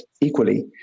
equally